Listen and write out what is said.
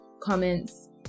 comments